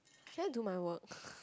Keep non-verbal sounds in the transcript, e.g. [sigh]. can I do my work [breath]